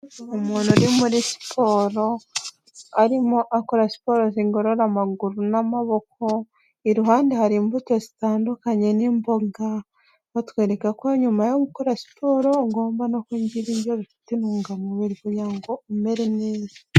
Umuntu uri muri siporo arimo akora siporo zigorora amaguru n'amaboko, iruhande hari imbuto zitandukanye n'imboga, batwereka ko nyuma yo gukora siporo ugomba no kurya ibiryo bifite intungamubiri kugira ngo umere neza.